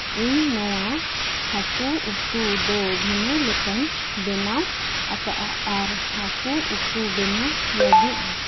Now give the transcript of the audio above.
ᱤᱧ ᱱᱚᱣᱟ ᱦᱟᱹᱠᱩ ᱩᱛᱩ ᱫᱚ ᱵᱷᱤᱱᱟᱹ ᱞᱮᱠᱟᱧ ᱵᱮᱱᱟᱣ ᱟᱠᱟᱜᱼᱟ ᱟᱨ ᱦᱟᱹᱠᱩ ᱩᱛᱩ ᱵᱮᱱᱟᱣ ᱞᱟᱹᱜᱤᱫ